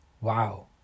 Wow